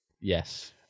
Yes